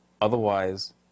Otherwise